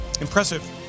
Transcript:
Impressive